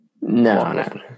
No